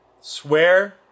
Swear